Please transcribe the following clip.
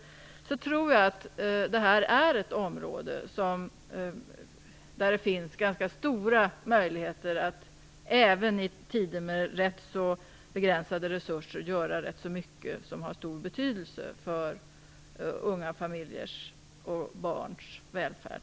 Jag tror att det här är ett område där det finns ganska stora möjligheter, även i tider med rätt begränsade resurser, att göra rätt så mycket som har stor betydelse för unga familjers och barns välfärd.